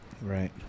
right